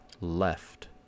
left